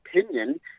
opinion